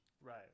Right